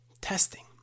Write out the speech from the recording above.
testing